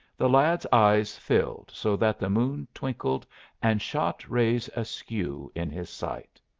the lad's eyes filled so that the moon twinkled and shot rays askew in his sight.